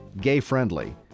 gay-friendly